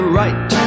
right